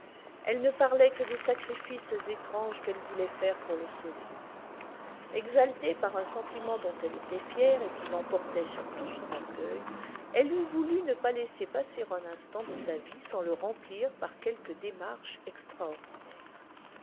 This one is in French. elle ne parlait que des sacrifices étranges qu'elle voulait faire pour le sauver exaltée par un sentiment dont elle était fière et qui l'emportait sur tout son orgueil elle eût voulu ne pas laisser passer un instant de sa vie sans le remplir par quelque démarche extraordinaire